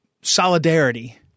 solidarity